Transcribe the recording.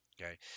okay